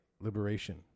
Liberation